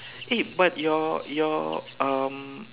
eh but your your um